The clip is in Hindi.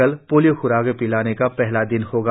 कल पोलियो ख्राक पिलाने का पहला दिन होगा